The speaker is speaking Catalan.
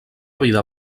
vida